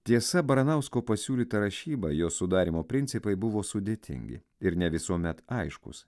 tiesa baranausko pasiūlyta rašyba jos sudarymo principai buvo sudėtingi ir ne visuomet aiškūs